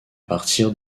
partir